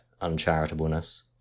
uncharitableness